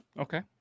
okay